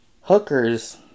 hookers